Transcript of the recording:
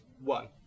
one